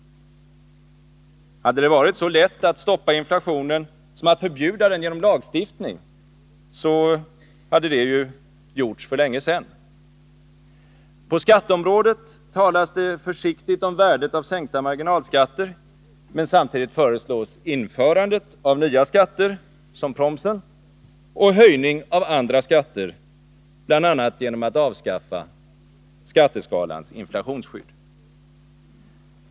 Hade det varit så lätt att stoppa inflationen som att förbjuda den genom lagstiftning, hade det ju gjorts för länge sedan. På skatteområdet talas det försiktigt om värdet av sänkta marginalskatter, men samtidigt föreslås införandet av nya skatter, som promsen, och höjning av andra skatter, bl.a. genom att avskaffa skatteskalans inflationsskydd.